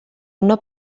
una